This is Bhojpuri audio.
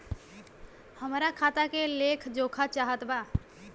हमरा खाता के लेख जोखा चाहत बा?